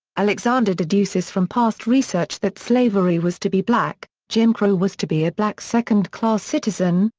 alexander deduces from past research that slavery was to be black, jim crow was to be a black second-class citizen,